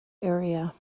area